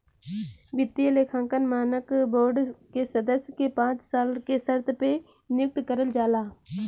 वित्तीय लेखांकन मानक बोर्ड के सदस्य के पांच साल के शर्त पे नियुक्त करल जाला